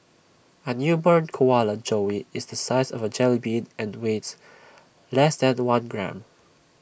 A newborn koala joey is the size of A jellybean and weighs less than one gram